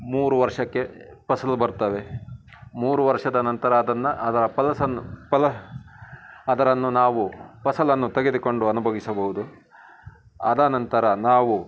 ಮೂರು ವರ್ಷಕ್ಕೆ ಪಸಲು ಬರ್ತವೆ ಮೂರು ವರ್ಷದ ನಂತರ ಅದನ್ನ ಅದರ ಪಲಸನ್ನು ಫಲ ಅದರನ್ನು ನಾವು ಫಸಲನ್ನು ತೆಗೆದುಕೊಂಡು ಅನುಭವಿಸಬೋದು ಅದು ನಂತರ ನಾವು